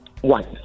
one